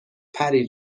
پری